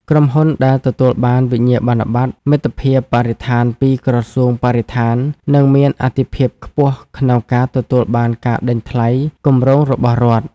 ក្រុមហ៊ុនដែលទទួលបានវិញ្ញាបនបត្រមិត្តភាពបរិស្ថានពីក្រសួងបរិស្ថាន នឹងមានអាទិភាពខ្ពស់ក្នុងការទទួលបានការដេញថ្លៃគម្រោងរបស់រដ្ឋ។